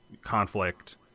conflict